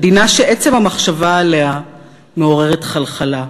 מדינה שעצם המחשבה עליה מעוררת חלחלה.